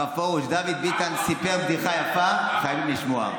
הרב פרוש, דוד ביטן סיפר בדיחה יפה, חייבים לשמוע.